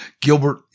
Gilbert